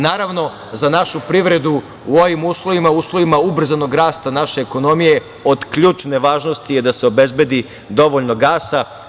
Naravno, za našu privredu u ovim uslovima, u uslovima ubrzanog rasta naše ekonomije, od ključne važnosti je da se obezbedi dovoljno gasa.